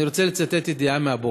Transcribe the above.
אני רוצה לצטט ידיעה מהבוקר: